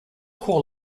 call